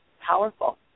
powerful